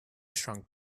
shrunk